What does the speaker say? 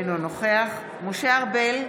אינו נוכח משה ארבל,